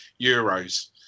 euros